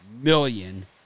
million